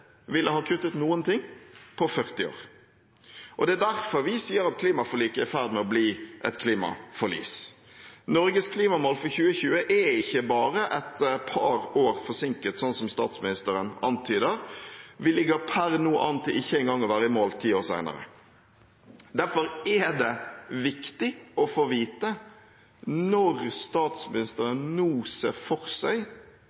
ville ha kuttet noe på 40 år. Det er derfor vi sier at klimaforliket er i ferd med å bli et klimaforlis. Norges klimamål for 2020 er ikke bare et par år forsinket – som statsministeren antyder – vi ligger per nå an til ikke engang å være i mål ti år senere. Derfor er det viktig å få vite når